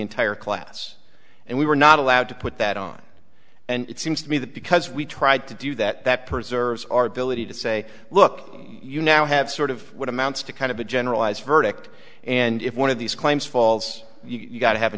entire class and we were not allowed to put that on and it seems to me that because we tried to do that that perves our ability to say look you now have sort of what amounts to kind of a generalized verdict and if one of these claims falls you've got to have a